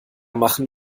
machen